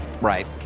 Right